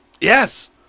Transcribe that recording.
Yes